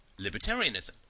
libertarianism